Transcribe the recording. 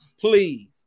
please